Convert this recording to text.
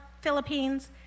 Philippines